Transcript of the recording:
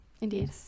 indeed